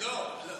לא.